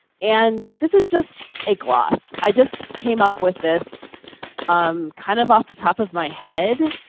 and this is just a glass. i just came up with this um kind of off the top of my head.